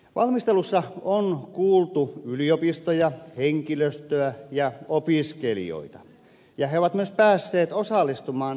valmistelussa on kuultu yliopistoja henkilöstöä ja opiskelijoita ja he ovat myös päässeet osallistumaan valmistelutyöhön